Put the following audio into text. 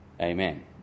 Amen